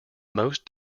most